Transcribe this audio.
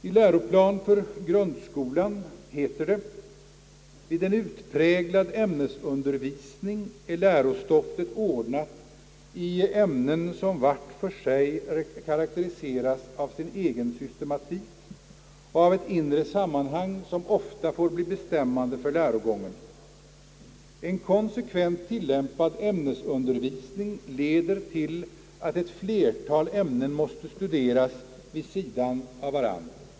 I » Läroplan för grundskolan» heter det: »Vid en utpräglad ämnesundervisning är lärostoffet ordnat i ämnen som vart för sig karakteriseras av sin egen SyS tematik och av ett inre sammanhang, som ofta får bli bestämmande för lärogången. En konsekvent tillämpad ämnesundervisning leder till att ett flertal ämnen måste studeras vid sidan av varandra.